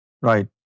Right